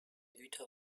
güter